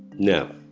no